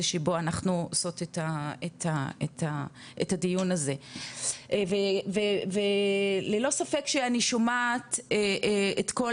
שבו אנחנו עושות את הדיון הזה וללא ספק שאני שומעת את כל